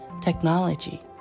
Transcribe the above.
technology